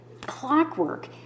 clockwork